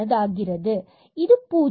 fxyxyx2y2xy00 0xy≠00 இது 0